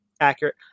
accurate